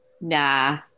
Nah